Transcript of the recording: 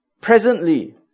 presently